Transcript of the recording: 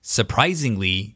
Surprisingly